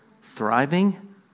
thriving